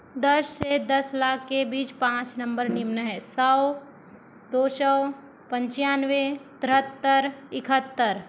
दस से दस लाख के बीच पाँच नंबर निम्न हैं सौ दो सौ पंचानवे तिहत्तर इकहत्तर